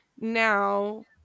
now